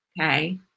okay